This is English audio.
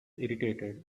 irritated